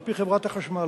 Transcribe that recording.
על-פי חברת החשמל,